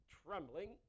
trembling